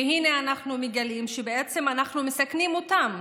והינה אנחנו מגלים שבעצם אנחנו מסכנים אותם.